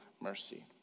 mercy